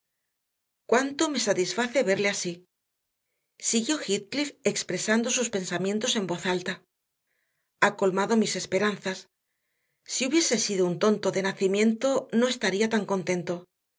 cuánto me satisface verle así siguió heathcliff expresando sus pensamientos en voz alta ha colmado mis esperanzas si hubiese sido un tonto de nacimiento no estaría tan contento